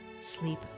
Sleep